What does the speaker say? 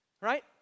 right